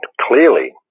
clearly